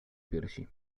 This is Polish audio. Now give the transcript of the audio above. piersi